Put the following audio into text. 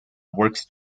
works